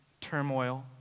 turmoil